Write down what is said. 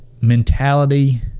mentality –